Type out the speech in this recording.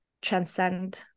transcend